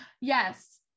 Yes